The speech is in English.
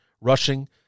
rushing